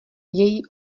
její